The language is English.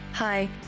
Hi